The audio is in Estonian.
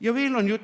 Ja veel oli